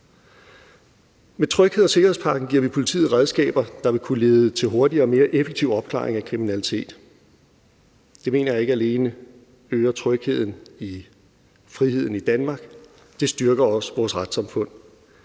Med trygheds- og sikkerhedspakken giver vi politiet redskaber, der vil kunne lede til hurtigere og mere effektiv opklaring af kriminalitet. Det mener jeg ikke alene øger trygheden og friheden i Danmark, det styrker også vores retssamfund.